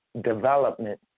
development